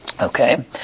Okay